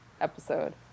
episode